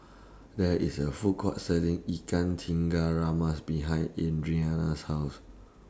There IS A Food Court Selling Ikan Tiga Rama's behind Adriana's House